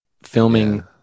filming